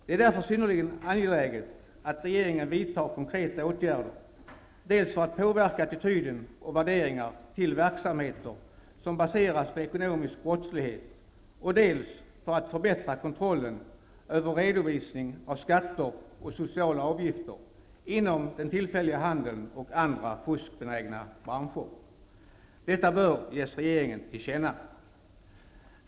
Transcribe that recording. Det är därför synnerligen angeläget att regeringen vidtar konkreta åtgärder, dels för att påverka attityder och värderingar till verksamheter som baseras på ekonomisk brottslighet, dels för att förbättra kontrollen över redovisning av skatter och sociala avgifter inom den tillfälliga handeln och andra fuskbenägna branscher. Detta bör ges regeringen till känna.